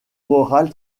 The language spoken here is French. morale